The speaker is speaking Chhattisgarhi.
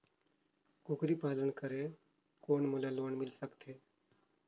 कूकरी पालन करे कौन मोला लोन मिल सकथे?